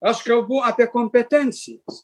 aš kalbu apie kompetencijas